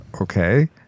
Okay